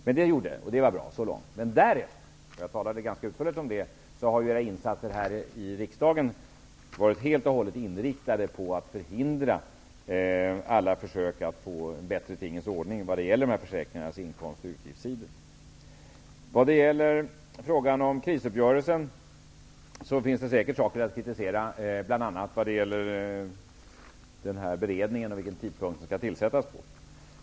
Så långt är det bra. Men sedan -- och den saken har jag talat ganska utförligt om -- har era insatser här i riksdagen helt och hållet varit inriktade på att förhindra alla försök att få en bättre tingens ordning vad gäller de här försäkringarnas inkomst och utgiftssidor. Vad gäller frågan om krisuppgörelsen finns det säkert saker att kritisera bl.a. i fråga om beredningen och vid vilken tidpunkt den skall tillsättas.